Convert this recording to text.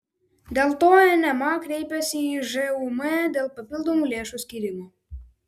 dėl to nma kreipėsi į žūm dėl papildomų lėšų skyrimo